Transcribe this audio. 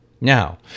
Now